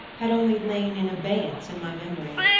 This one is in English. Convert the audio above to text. had only lain in abeyance in my memory,